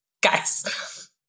Guys